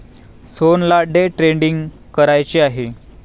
सोहनला day trading करायचे आहे